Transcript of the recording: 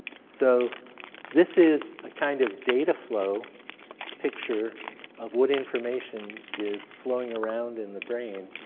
so this is a kind of data flow picture of what information is flowing around in the brain